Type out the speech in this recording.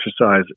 exercise